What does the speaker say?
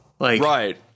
Right